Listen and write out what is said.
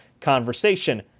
conversation